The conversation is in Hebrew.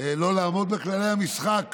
לא לעמוד בכללי המשחק